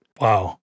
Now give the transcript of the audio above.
Wow